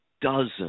dozens